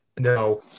No